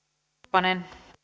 puhemies